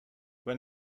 when